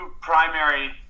primary